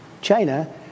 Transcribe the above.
China